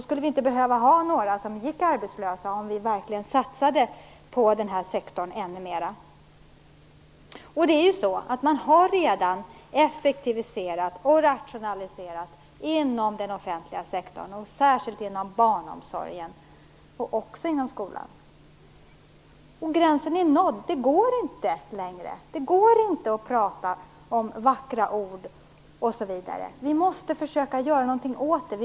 Om vi verkligen satsade ännu mer på den här sektorn skulle vi inte behöva ha några som gick arbetslösa. Man har redan effektiviserat och rationaliserat inom den offentliga sektorn, särskilt inom barnomsorgen, men också inom skolan. Gränsen är nådd, det går inte längre att uttala vackra ord. Vi måste försöka göra någonting åt situationen.